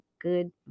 good